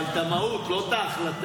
אבל את המהות, לא את ההחלטה.